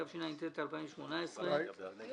התשע"ט-2019 "בתוקף סמכותי לפי סעיף 32יח(א) ו-(ג)